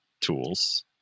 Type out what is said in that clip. tools